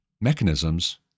mechanisms